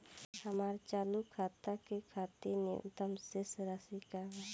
हमार चालू खाता के खातिर न्यूनतम शेष राशि का बा?